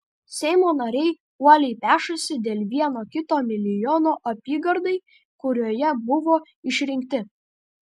seimo nariai uoliai pešasi dėl vieno kito milijono apygardai kurioje buvo išrinkti